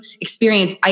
experience